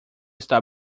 está